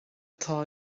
atá